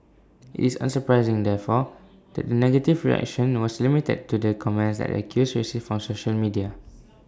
IT is unsurprising therefore that the negative reaction was limited to the comments that the accused received on social media